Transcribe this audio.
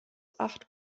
acht